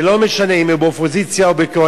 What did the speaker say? שלא משנה אם הם באופוזיציה או בקואליציה,